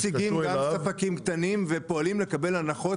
הקמעונאים מציגים גם ספקים קטנים ופועלים לקבל הנחות